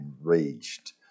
enraged